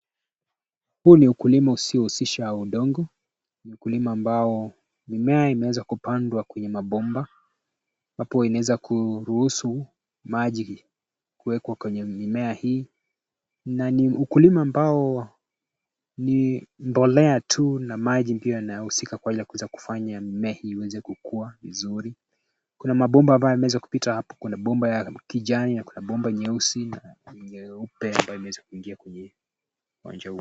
Huu ni ukulima usiohusisha udongo. Ukilima ambao mimea inaweza kupandwa kwenye mabomba, ambapo inaweza kuruhusu maji kuwekwa kwenye mimea hii, na ni ukulima ambao ni mbolea tu na maji ndio yanayohusika kwa ajili ya kuweza kufanya mimea hii iwezekukua vizuri. Kuna mabomba ambayo yameweza kupita hapo, kuna bomba ya kijani, bomba nyeusi, nyeupe ambayo imezungukia kwenye uwanja huu.